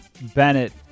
Bennett